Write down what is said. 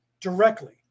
directly